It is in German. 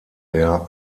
der